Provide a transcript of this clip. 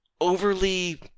overly